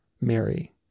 Mary